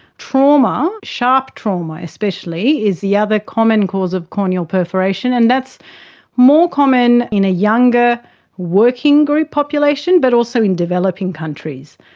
trauma, um sharp trauma especially, is the other common cause of corneal perforation, and that's more common in a younger working group population, but also in developing countries.